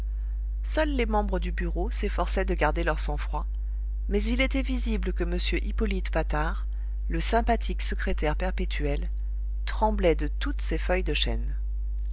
seuls les membres du bureau s'efforçaient de garder leur sang-froid mais il était visible que m hippolyte patard le sympathique secrétaire perpétuel tremblait de toutes ses feuilles de chêne